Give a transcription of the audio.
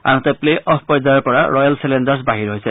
আনহাতে play off পৰ্যায়ৰ পৰা ৰয়েল ছেলেঞ্জাৰ্ছ বাহিৰ হৈছে